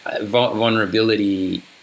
vulnerability